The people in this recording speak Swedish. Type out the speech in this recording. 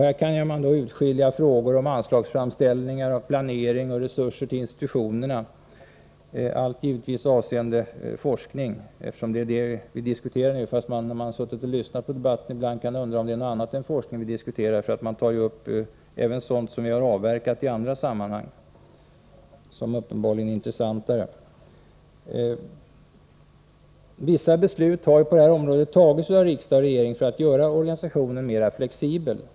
Här kan man urskilja frågor om anslagsframställningar, planering och resurser till institutionerna, allt givetvis avseende forskning — när man lyssnat på debatten har man ibland undrat om det är något annat än forskning vi diskuterar, eftersom talarna tagit upp även frågor som vi har avverkat i andra sammanhang och som uppenbarligen är intressantare. Vissa beslut har av riksdag och regering fattats på detta område för att göra organisationen mera flexibel.